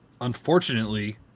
unfortunately